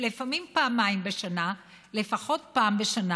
שלפעמים פעמיים בשנה ולפחות פעם בשנה